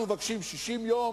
אנחנו מבקשים 60 יום,